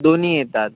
दोन्ही येतात